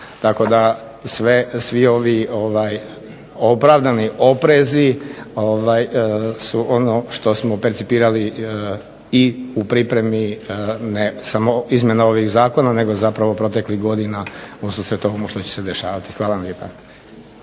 tako da svi ovi opravdani oprezi su ono što smo percipirali i u pripremi ne samo izmjena ovih zakona nego zapravo proteklih godina ususret ovomu što će se dešavati. Hvala vam